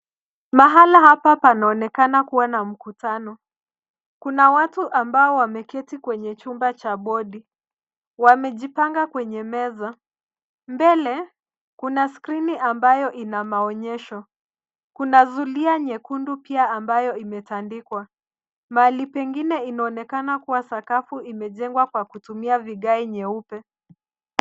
Mahala hapa panaonekana kuwa na mkutano. Kuna watu ambao wameketi kwenye chumba cha bodi. Wamejipanga kwenye meza, mbele kuna skirini ambayo ina maonyesho. Kuna zulia nyekundu pia ambayo imetandikwa. Mahali pengine inaonekana kuwa sakafu imejengwa kwa kutumia vigae nyeupe.